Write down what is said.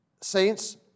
Saints